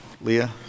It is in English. Leah